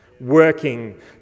working